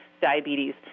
diabetes